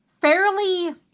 fairly